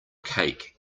cake